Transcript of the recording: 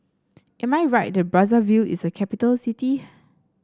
am I right that Brazzaville is a capital city